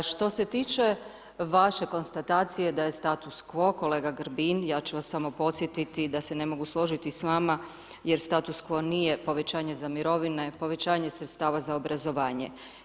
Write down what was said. Što se tiče vaše konstatacije da je status quo kolega Grbin, ja ću vas samo podsjetiti da se ne mogu složiti s vama jer status quo nije povećanje za mirovine, povećanje sredstava za obrazovanje.